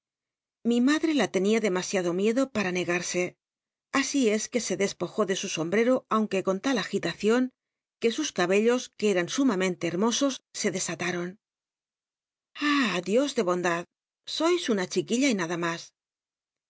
ili matlrc la tenia demasiado miedo para nc arsc así es que se despojó de su so aunque con tal agilaciori qu e sus cabellos que eran sumamente hermosos se desa taron ah dios de bondad sois una chiquilla y nada mas